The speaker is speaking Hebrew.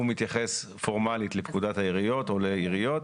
מתייחס פורמלית לפקודת העיריות או לעיריות,